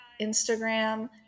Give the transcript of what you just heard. Instagram